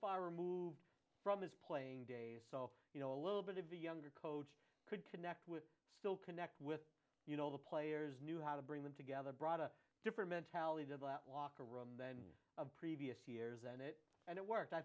far removed from his playing days so you know a little bit of the younger coach could connect with still connect with you know the players knew how to bring them together brought a different mentality to that locker room then of previous years and it worked i